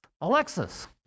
Alexis